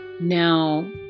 Now